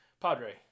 Padre